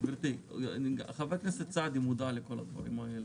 גברתי, חבר הכנסת סעדי מודע לכל הדברים האלה.